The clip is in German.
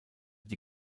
die